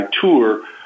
tour